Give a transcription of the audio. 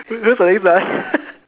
that's what it is ah